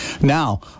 Now